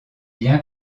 bien